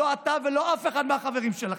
לא אתה ולא אף אחד מהחברים שלכם.